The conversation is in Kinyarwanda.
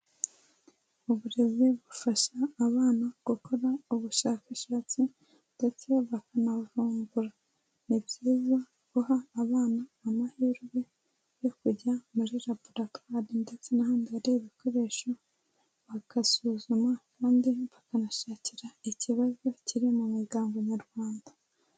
Uburezi bufasha abana gukora ubushakashatsi ndetse bakanavumbura. Ni byiza guha abana amahirwe yo kujya muri laboratware ndetse n'ahandi ibikoresho bagasuzuma kandi bakanashakira ikibazo kiri mu miryango nyarwanda.